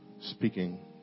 speaking